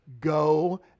go